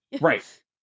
Right